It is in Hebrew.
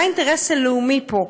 מה האינטרס הלאומי פה?